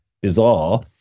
bizarre